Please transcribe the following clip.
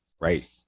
right